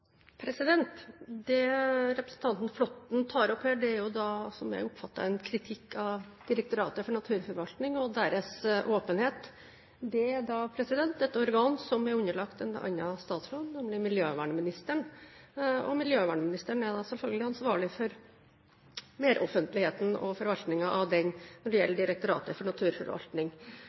Det representanten Flåtten tar opp her, er, slik jeg oppfatter det, en kritikk av Direktoratet for naturforvaltning og deres åpenhet. Det er et organ som er underlagt en annen statsråd, nemlig miljøvernministeren, og miljøvernministeren er da selvfølgelig ansvarlig for meroffentligheten og forvaltningen når det gjelder Direktoratet for naturforvaltning.